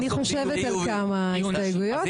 אני חושבת על כמה הסתייגויות,